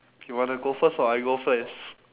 you want to go first or I go first